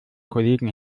kollegen